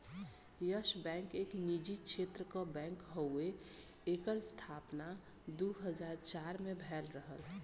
yes Bank एक निजी क्षेत्र क बैंक हउवे एकर स्थापना दू हज़ार चार में भयल रहल